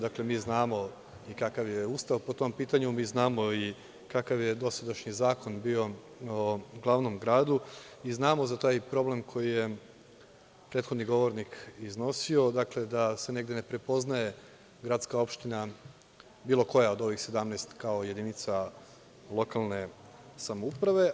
Dakle, mi znamo i kakav je ustav po tom pitanju, mi znamo kakav je dosadašnji zakon bio u glavnom gradu i znamo za taj problem koji je prethodni govornik iznosio, da se negde ne prepoznaje gradska opptina, bilo koja od ovih 17, kao jedinica lokalne samouprave.